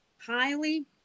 highly